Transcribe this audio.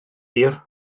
hir